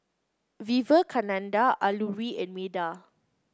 Vivekananda Alluri and Medha